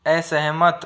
असहमत